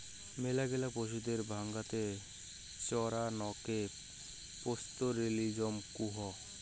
মেলাগিলা পশুদের ডাঙাতে চরানকে পাস্তোরেলিজম কুহ